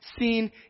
seen